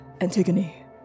Antigone